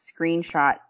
screenshot